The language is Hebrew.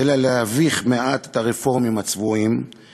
אלא כדי להביך מעט את הרפורמים הצבועים,